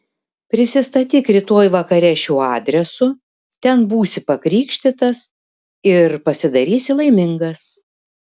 prisistatyk rytoj vakare šiuo adresu ten būsi pakrikštytas ir pasidarysi laimingas